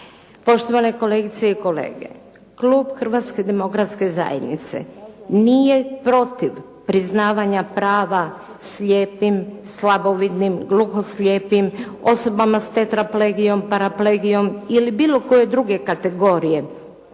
Poštovane kolegice i kolege, klub Hrvatske demokratske zajednice nije protiv priznavanja prava slijepim, slabovidnim, gluhoslijepim, osobama s tetraplegijom, paraplegijom ili bilo koje druge kategorije